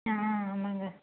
ஆ ஆமாங்க